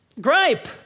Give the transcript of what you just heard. Gripe